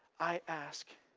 i ask